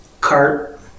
cart